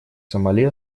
сомали